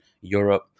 Europe